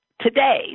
today